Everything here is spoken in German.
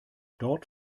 dort